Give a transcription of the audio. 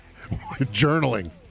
journaling